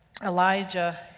Elijah